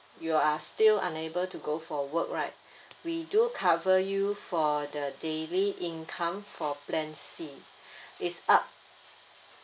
you are still unable to go for work right we do cover you for the daily income for plan C it's up